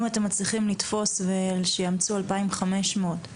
אם אתם מצליחים לתפוס ושיאמצו 2,500,